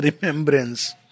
remembrance